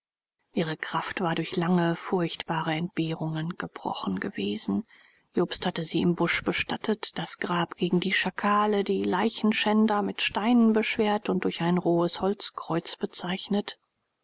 ihre kraft war durch lange furchtbare entbehrungen gebrochen gewesen jobst hatte sie im busch bestattet das grab gegen die schakale die leichenschänder mit steinen beschwert und durch ein rohes holzkreuz bezeichnet